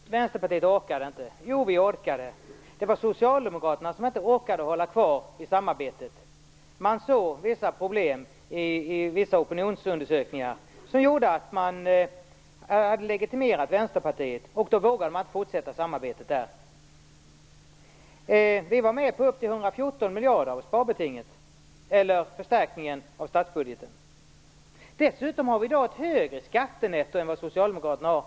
Herr talman! Vänsterpartiet orkade inte, sade statsrådet. Jo, vi orkade. Det var Socialdemokraterna som inte orkade hålla kvar samarbetet. Man såg problem i vissa opinionsundersökningar i och med att man hade legitimerat Vänsterpartiet, och då vågade man inte fortsätta samarbetet. Vi var med på upp till 114 miljarder av budgetförstärkningen. Dessutom har vi i dag ett högre skattenetto än vad Socialdemokraterna har.